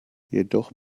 jedoch